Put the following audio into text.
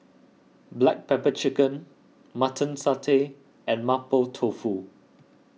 Black Pepper Chicken Mutton Satay and Mapo Tofu